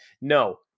No